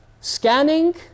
Scanning